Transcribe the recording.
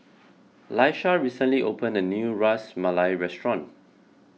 Laisha recently open a new Ras Malai restaurant